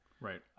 Right